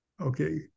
okay